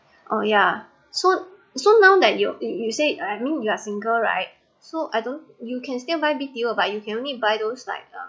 oh yeah so so now that you you you said I mean you are single right so I don't you can still buy B_T_O but you can only buy those like um